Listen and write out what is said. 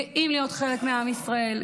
גאים להיות חלק מעם ישראל,